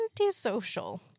antisocial